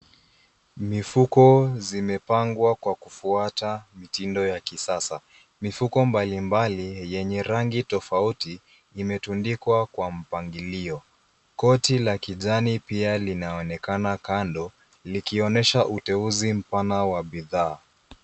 Mifuko zimepangwa kwa kufuata mitindo ya kisasa. Mifuko mbalimbali yenye rangi tofauti imetundikwa kwa mpangilio. Koti la kijani pia linaonekana kando likionyesha uteuzi mpana wa bidhaa.